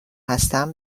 هستم